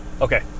Okay